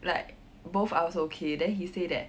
like both I also okay then he say that